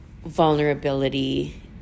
vulnerability